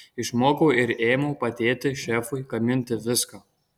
išmokau ir ėmiau padėti šefui gaminti viską